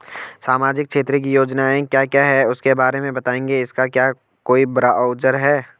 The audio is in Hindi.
सामाजिक क्षेत्र की योजनाएँ क्या क्या हैं उसके बारे में बताएँगे इसका क्या कोई ब्राउज़र है?